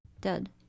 dead